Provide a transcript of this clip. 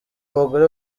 abagore